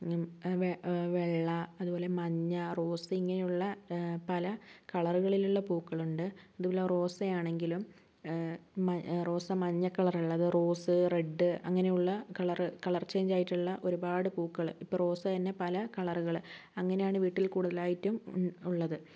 വെ വെള്ള അതുപോലെ മഞ്ഞ റോസ് ഇങ്ങനെയുള്ള പല കളറിലുകളിലുള്ള പൂക്കളുണ്ട് അതുപോലെ റോസാണെങ്കിലും റോസ് മഞ്ഞ കളർ ഉള്ളത് റോസ് റെഡ്ഡ് അങ്ങനെയുള്ള കളർ കളര് ചെയിഞ്ച് ആയിട്ടുള്ള ഒരുപാട് പൂക്കള് ഇപ്പം റോസ് തന്നെ പല കളറുകൾ അങ്ങനെയാണ് വീട്ടില് കൂടുതലായിട്ടും ഉള്ളത്